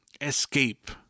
escape